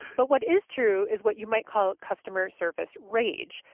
but what is true is what you might call customer-service rage.